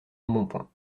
embonpoint